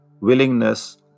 willingness